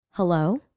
Hello